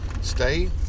stay